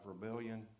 rebellion